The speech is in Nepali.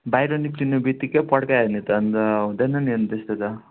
बाहिर निस्कनु बित्तिकै पढ्कायो भने अन्त हुँदैन नि अन्त त्यस्तो त